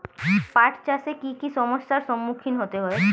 পাঠ চাষে কী কী সমস্যার সম্মুখীন হতে হয়?